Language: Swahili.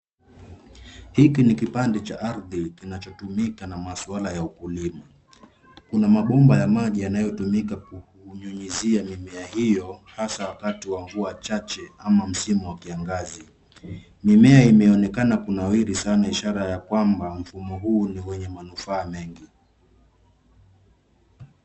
Hiki ni kipande cha ardhi kinachotumika na maswala ya ukulima. Kuna mabomba ya maji yanayotumika kunyunyizia mimea hiyo hasa wakati wa mvua chache ama msimu ya kiangazi. Mimea imeonekana kunawiri sana ishara ya ya kwamba mfumo huu ni wenye manufaa mengi.